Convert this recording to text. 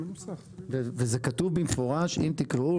וזה כתוב במפורש אם תקראו,